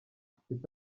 mfite